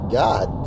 god